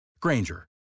Granger